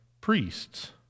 priests